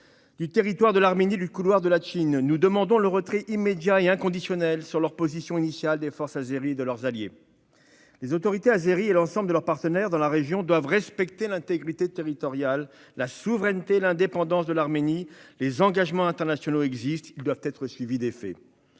Du territoire de l'Arménie et du couloir de Latchin, nous demandons le retrait immédiat et inconditionnel, sur leurs positions initiales, des forces azéries et de leurs alliés. Les autorités azéries et l'ensemble de leurs partenaires dans la région doivent respecter l'intégrité territoriale, la souveraineté et l'indépendance de l'Arménie. Les engagements internationaux existent : ils doivent être suivis d'effet.